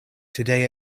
today